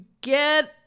get